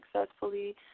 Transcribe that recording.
successfully